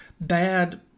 bad